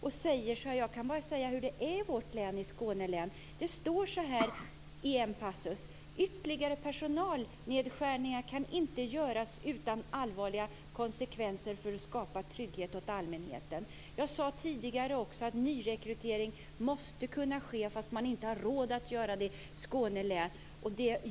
Det gäller polismyndigheten i Skåne, och det heter så här i en passus: "Ytterligare personalnedskärningar kan inte göras utan allvarliga konsekvenser för att skapa trygghet åt allmänheten." Jag sade tidigare att nyrekrytering måste kunna ske i Skåne län, fastän man inte har råd med det.